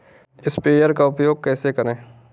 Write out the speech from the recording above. Sprayer का उपयोग कैसे करें?